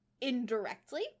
indirectly